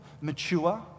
mature